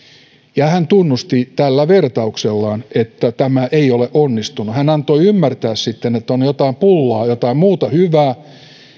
ja hän tunnusti tällä vertauksellaan että tämä ei ole onnistunut hän antoi ymmärtää sitten että on jotain pullaa jotain muuta hyvää